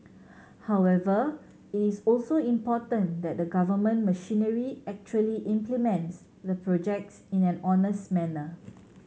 however it is also important that the government machinery actually implements the projects in an honest manner